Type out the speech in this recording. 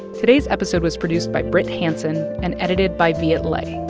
today's episode was produced by brit hanson and edited by viet le.